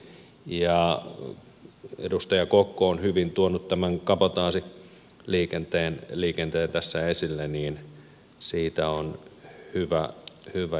ja kun edustaja kokko on hyvin tuonut tämän kabotaasiliikenteen tässä esille niin siitä on hyvä jatkaa